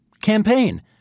campaign